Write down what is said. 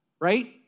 Right